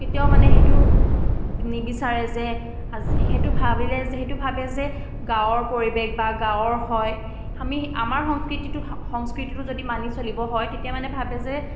কেতিয়াও মানে সেইটো নিবিচাৰে যে আজি সেইটো ভাবিলে যে সেইটো ভাবে যে গাঁৱৰ পৰিৱেশ বা গাঁৱৰ হয় আমি আমাৰ সংস্কৃতিটো সংস্কৃতিটো যদি মানি চলিব হয় তেতিয়া মানে ভাবে যে